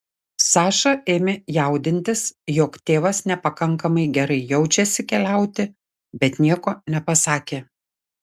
saša ėmė jaudintis jog tėvas nepakankamai gerai jaučiasi keliauti bet nieko nepasakė